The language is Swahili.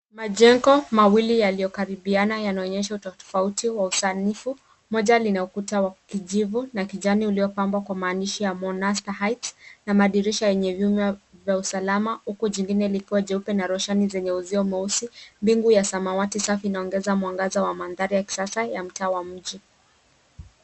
Majengo mawili yaliyokaribiana yanaonyesha utofauti wa usanifu. Moja lina ukuta wa kijivu na kijani uliyopambwa kwa maandishi ya monasta heights na madirisha yenye vyuma vya usalama huku jingine likiwa jeupe na roshani zenye uzio mweusi. Mbingu ya samawati safi inaonyesha mwangaza wa mandhari ya kisasa ya mtaa wa mji.